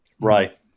Right